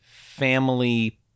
family